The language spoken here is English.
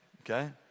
Okay